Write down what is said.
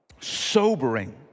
sobering